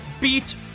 beat